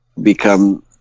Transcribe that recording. become